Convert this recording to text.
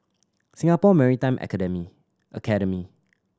Singapore Maritime Academy Academy